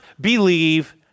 believe